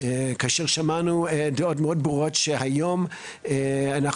כאשר שמענו דעות מאוד ברורות שהיום אנחנו